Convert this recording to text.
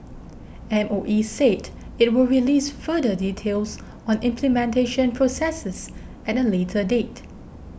M O E said it will release further details on implementation processes at a later date